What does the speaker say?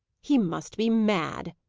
he must be mad!